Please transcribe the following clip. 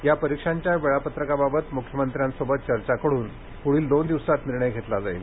या परीक्षांच्या वेळापत्रकाबाबत मुख्यमंत्र्यांशी चर्चा करुन पुढील दोन दिवसांत निर्णय घेतला जाणार आहे